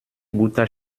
butter